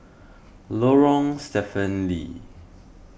Lorong Stephen Lee